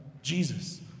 Jesus